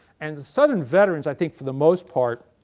and the southern veterans i think for the most part